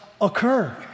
occur